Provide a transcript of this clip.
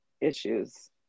issues